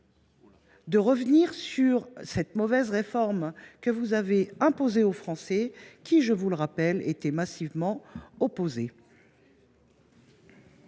de revenir sur la mauvaise réforme que vous avez imposée aux Français, lesquels, je vous le rappelle, y étaient massivement opposés.